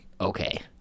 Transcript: Okay